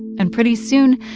and pretty soon,